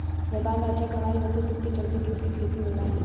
व्यापार में अच्छा कमाई होखे के चलते जूट के खेती होला